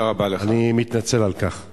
אני מתנצל על כך.